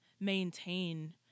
maintain